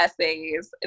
essays